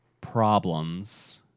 problems